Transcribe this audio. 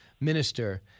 minister